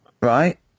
right